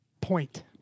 Point